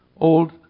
Old